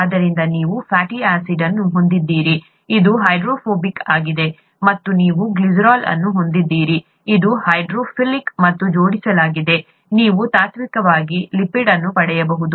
ಆದ್ದರಿಂದ ನೀವು fatty acid ಅನ್ನು ಹೊಂದಿದ್ದೀರಿ ಅದು ಹೈಡ್ರೋಫೋಬಿಕ್ ಆಗಿದೆ ಮತ್ತು ನೀವು ಗ್ಲಿಸರಾಲ್ ಅನ್ನು ಹೊಂದಿದ್ದೀರಿ ಇದು ಹೈಡ್ರೋಫಿಲಿಕ್ ಮತ್ತು ಜೋಡಿಸಲಾಗಿದೆ ನೀವು ತಾತ್ವಿಕವಾಗಿ ಲಿಪಿಡ್ ಅನ್ನು ಪಡೆಯಬಹುದು